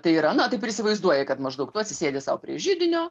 tai yra na taip ir įsivaizduoji kad maždaug tu atsisėdi sau prie židinio